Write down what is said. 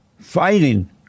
Fighting